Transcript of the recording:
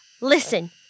Listen